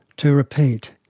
to repeat,